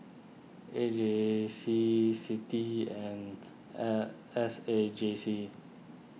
A J C Citi and S A J C